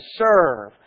serve